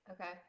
okay